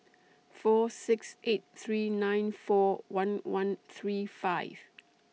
four six eight three nine four one one three five